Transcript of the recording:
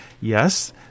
yes